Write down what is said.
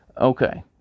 okay